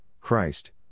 Christ